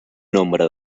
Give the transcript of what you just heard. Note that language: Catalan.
nombre